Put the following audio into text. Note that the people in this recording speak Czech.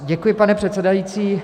Děkuji, pane předsedající.